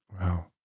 wow